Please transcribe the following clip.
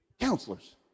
counselors